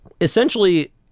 Essentially